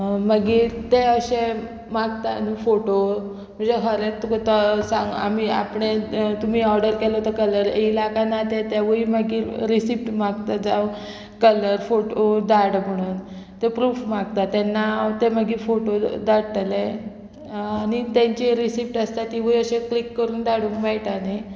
मागीर ते अशे मागता न्हू फोटो म्हणजे खरेंत तुका तो सांग आमी आपणे तुमी ऑर्डर केलो तो कलर येयला काय ना तेवूय मागीर रिसिप्ट मागता जावं कलर फोटो धाड म्हणून ते प्रूफ मागता तेन्ना हांव ते मागीर फोटो धाडटले आनी तेंचे रिसिप्ट आसता तिवूय अशे क्लिक करून धाडूंक मेळटा न्ही